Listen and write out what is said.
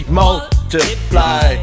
multiply